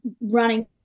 running